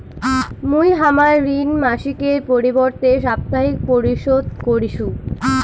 মুই হামার ঋণ মাসিকের পরিবর্তে সাপ্তাহিক পরিশোধ করিসু